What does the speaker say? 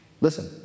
Listen